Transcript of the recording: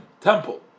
temple